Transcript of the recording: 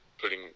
putting